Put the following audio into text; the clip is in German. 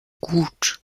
gut